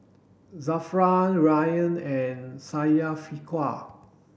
Zafran Ryan and Syafiqah